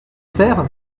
faire